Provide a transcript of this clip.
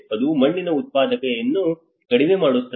ಅದು ಮಣ್ಣಿನ ಉತ್ಪಾದಕತೆಯನ್ನು ಕಡಿಮೆ ಮಾಡುತ್ತದೆ